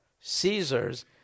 Caesar's